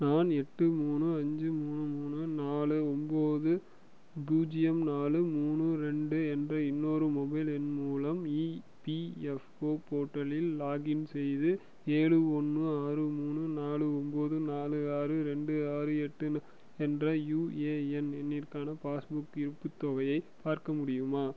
நான் எட்டு மூணு அஞ்சு மூணு மூணு நாலு ஒம்பது பூஜ்ஜியம் நாலு மூணு ரெண்டு என்ற இன்னொரு மொபைல் எண் மூலம் இபிஎஃப்ஓ போர்ட்டலில் லாக் இன் செய்து ஏழு ஒன்று ஆறு மூணு நாலு ஒம்பது நாலு ஆறு ரெண்டு ஆறு எட்டு நாலு என்ற யுஏஎன் எண்ணுக்கான பாஸ்புக் இருப்புத் தொகையை பார்க்க முடியுமா